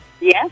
Yes